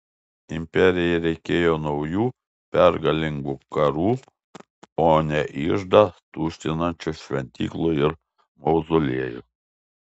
imperijai reikėjo naujų pergalingų karų o ne iždą tuštinančių šventyklų ir mauzoliejų